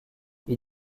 est